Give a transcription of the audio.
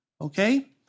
Okay